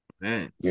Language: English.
man